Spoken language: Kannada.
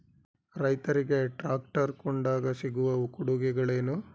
ರೈತರಿಗೆ ಟ್ರಾಕ್ಟರ್ ಕೊಂಡಾಗ ಸಿಗುವ ಕೊಡುಗೆಗಳೇನು?